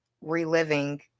reliving